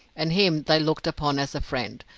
and him they looked upon as a friend,